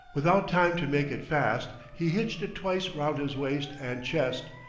without time to make it fast, he hitched it twice round his waist and chest,